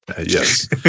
Yes